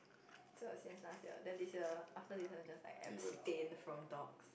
so it's since last year then this year after this one I just like abstain from dog